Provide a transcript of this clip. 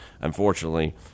Unfortunately